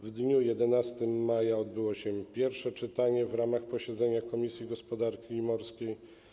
W dniu 11 maja odbyło się pierwsze czytanie na posiedzeniu komisji gospodarki morskiej.